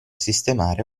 sistemare